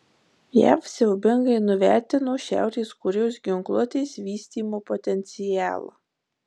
jav siaubingai nuvertino šiaurės korėjos ginkluotės vystymo potencialą